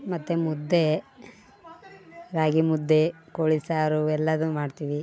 ಮತ್ತು ಮುದ್ದೆ ರಾಗಿ ಮುದ್ದೆ ಕೋಳಿ ಸಾರು ಎಲ್ಲದು ಮಾಡ್ತೀವಿ